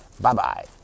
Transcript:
Bye-bye